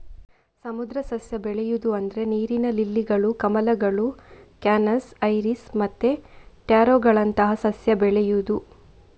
ಸಮುದ್ರ ಸಸ್ಯ ಬೆಳೆಯುದು ಅಂದ್ರೆ ನೀರಿನ ಲಿಲ್ಲಿಗಳು, ಕಮಲಗಳು, ಕ್ಯಾನಸ್, ಐರಿಸ್ ಮತ್ತೆ ಟ್ಯಾರೋಗಳಂತಹ ಸಸ್ಯ ಬೆಳೆಯುದು